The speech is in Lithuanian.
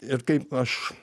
ir kaip aš